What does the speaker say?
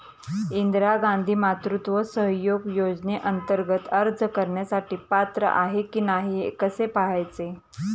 इंदिरा गांधी मातृत्व सहयोग योजनेअंतर्गत अर्ज करण्यासाठी पात्र आहे की नाही हे कसे पाहायचे?